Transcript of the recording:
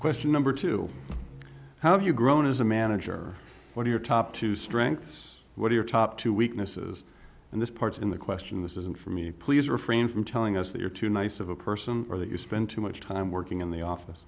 question number two how you grown as a manager what are your top two strengths what are your top two weaknesses and this part in the question this isn't for me please refrain from telling us that you're too nice of a person or that you spent too much time working in the office